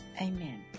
Amen